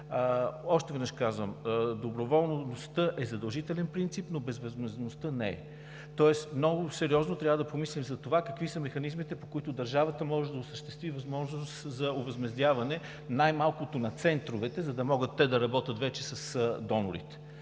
Още веднъж казвам, че доброволността е задължителен принцип, но безвъзмездността не е. Тоест много сериозно трябва да помислим за това какви са механизмите, по които държавата може да осъществи възможност за възмездяване най-малкото на центровете, за да могат те да работят вече с донорите.